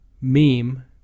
meme